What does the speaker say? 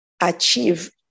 achieve